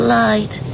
light